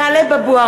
(קוראת בשמות חברי הכנסת) טלב אבו עראר,